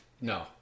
no